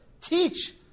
teach